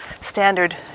standard